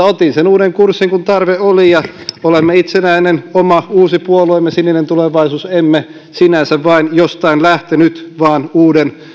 otin sen uuden kurssin kun tarve oli ja olemme itsenäinen oma uusi puolueemme sininen tulevaisuus emme sinänsä vain jostain lähteneet vaan uuden